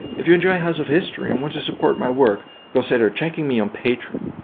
if you enjoy house of history and want to support my work consider checking me on patreon.